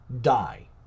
die